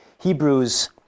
Hebrews